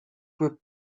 were